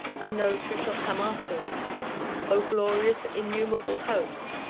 and those who shall come after us oh glorious, innumerable host!